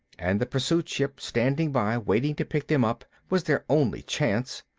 and the pursuit ship standing by waiting to pick them up was their only chance.